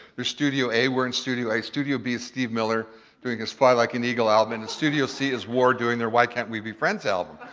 studio a, we're in studio a. studio b is steve miller doing his fly like an eagle album. and in studio c is war doing their why can't we be friends album.